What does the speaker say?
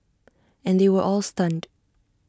and they were all stunned